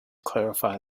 clarify